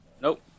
Nope